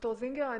ד"ר זינגר,